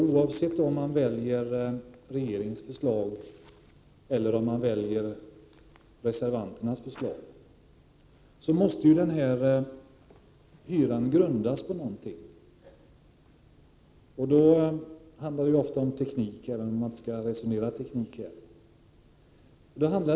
Oavsett om man väljer regeringens förslag eller reservanternas måste hyran grundas på något. Då handlar det ofta om teknik, även om man inte skall resonera om teknik här.